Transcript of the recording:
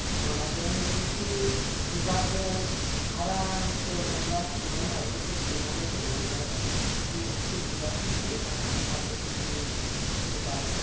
माबाजों मुदुफुल बिबारजों आरामसे अनला सोमनानै माइरंखौ सोमनानै जों अनलाजों मुदुफुल बिबार होनानै आराम खारदै आरि होबाय